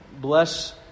bless